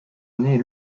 naît